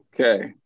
Okay